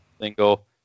Single